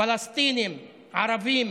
פלסטינים ערבים